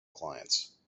clients